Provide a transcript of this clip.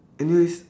anyways